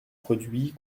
produits